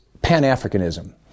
pan-Africanism